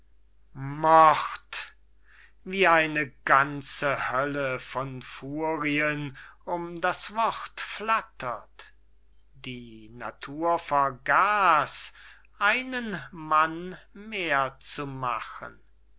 mord wie eine ganze hölle von furien um das wort flattert die natur vergaß einen mann mehr zu machen